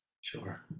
Sure